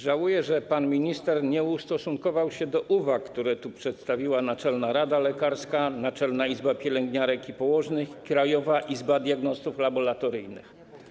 Żałuję, że pan minister nie ustosunkował się do uwag, które przedstawiły Naczelna Rada Lekarska, Naczelna Izba Pielęgniarek i Położnych, Krajowa Izba Diagnostów Laboratoryjnych.